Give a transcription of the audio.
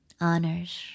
honors